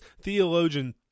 theologian